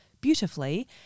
beautifully